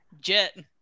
jet